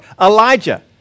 Elijah